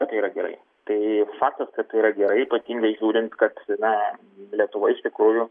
kad tai yra gerai tai faktas kad tai yra gerai ypatingai žiūrint kad na lietuva iš tikrųjų